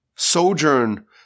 Sojourn